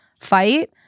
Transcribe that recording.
fight